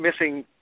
missing